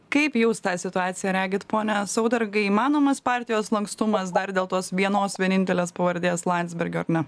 kaip jūs tą situaciją regit pone saudargai įmanomas partijos lankstumas dar dėl tos vienos vienintelės pavardės landsbergio ar ne